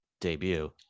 debut